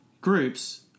groups